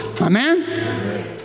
Amen